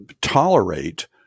tolerate